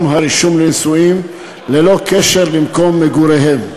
הרישום לנישואין ללא קשר למקום מגוריהם.